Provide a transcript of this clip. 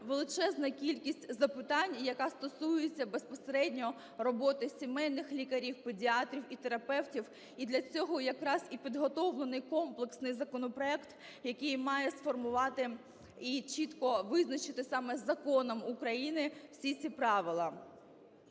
Величезна кількість запитань, яка стосується безпосередньо роботи сімейних лікарів, педіатрів і терапевтів, і для цього якраз і підготовлений комплексний законопроект, який має сформувати і чітко визначити саме законом України всі ці правила.